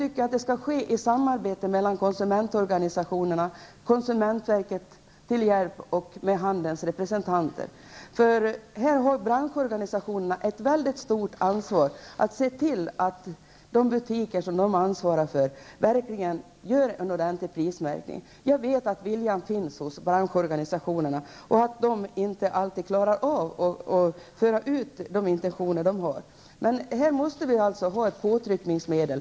Men det måste då finnas ett samarbete mellan konsumentorganisationerna -- som får ta konsumentverket till hjälp -- och handelns representanter. Branschorganisationerna har ett väldigt stort ansvar. De skall se till att de butiker som de ansvarar för verkligen har en ordentlig prismärkning. Jag vet att viljan finns hos branschorganisationerna, som dock inte alltid klarar av att föra ut information om sina intentioner. Här behövs det ett påtryckningsmedel.